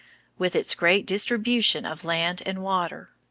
with its great distribution of land and water.